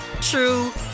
true